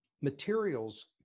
materials